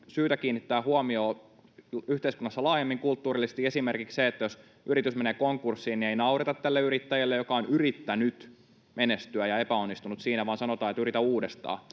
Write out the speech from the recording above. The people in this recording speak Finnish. syytä kiinnittää huomiota yhteiskunnassa laajemmin, kulttuurillisesti. Esimerkiksi jos yritys menee konkurssiin, ei naureta tälle yrittäjälle, joka on yrittänyt menestyä ja epäonnistunut siinä, vaan sanotaan, että yritä uudestaan